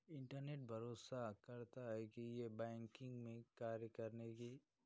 internet भरोसा करता है कि यह बैंकिंग में कार्य करने की